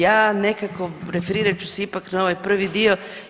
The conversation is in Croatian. Ja nekako referirat ću se ipak na ovaj prvi dio.